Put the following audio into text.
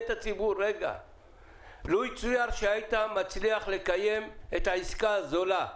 לו יצויר שהיית מצליח לקיים את העסקה הזולה,